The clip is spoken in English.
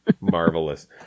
Marvelous